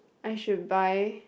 I should buy